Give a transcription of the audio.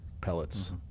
pellets